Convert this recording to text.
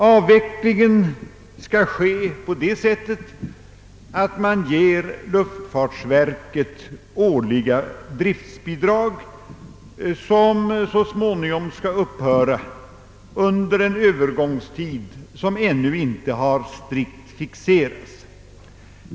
Avvecklingen skall ske på det sättet, att man ger luftfartsverket årliga driftsbidrag, som så småningom skall upphöra under en övergångsperiod som ännu inte strikt fixerats.